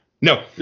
No